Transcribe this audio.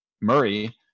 Murray